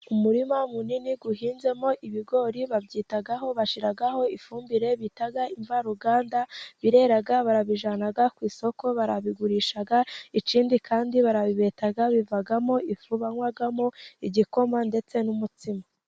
Umurima munini uhinzemo ibigori babyitaho, bashiraho ifumbire, bita imvaruganda, birera barabijyana ku isoko, barabigurisha, ikindi kandi barabibeta, bivamo ifu banywamo igikoma, ndetse n'umutsima.